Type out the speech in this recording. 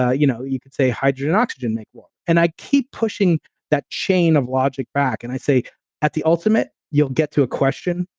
ah you know you could say hydrogen and oxygen make water. and i keep pushing that chain of logic back, and i say at the ultimate, you'll get to a question,